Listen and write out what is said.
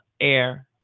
air